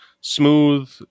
smooth